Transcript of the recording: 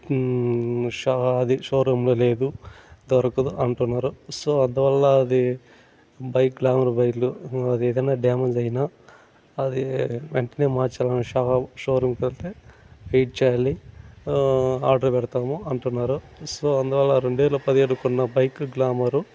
షా అది షోరూంలో లేదు దొరకదు అంటున్నారు సో అందువల్ల అది బైక్లు గ్లామర్ బైక్లు అది ఏదన్నా డ్యామేజ్ అయినా అది వెంటనే మార్చాలని షా షోరూంకి వెళ్తే వెయిట్ చేయాలి ఆర్డర్ పెడతాము అంటున్నారు సో అందువల్ల రెండువేల పదిహేడు కొన్న బైక్ గ్లామర్